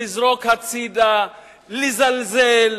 לזרוק הצדה, לזלזל